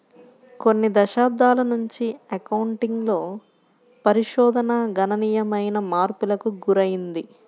కొన్ని దశాబ్దాల నుంచి అకౌంటింగ్ లో పరిశోధన గణనీయమైన మార్పులకు గురైంది